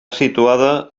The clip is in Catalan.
situada